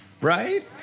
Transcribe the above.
right